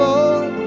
Lord